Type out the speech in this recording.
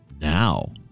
now